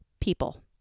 people